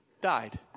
died